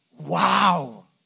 wow